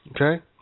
Okay